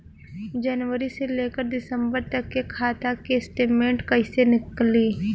जनवरी से लेकर दिसंबर तक के खाता के स्टेटमेंट कइसे निकलि?